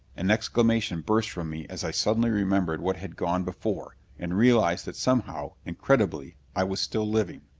an exclamation burst from me as i suddenly remembered what had gone before, and realized that somehow, incredibly, i was still living.